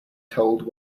told